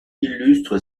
illustre